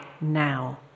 now